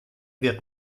wird